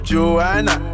Joanna